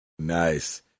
nice